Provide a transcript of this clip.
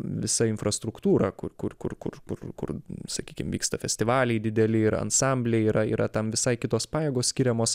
visa infrastruktūra kur kur kur kur kur sakykim vyksta festivaliai dideli yra ansambliai yra yra tam visai kitos pajėgos skiriamos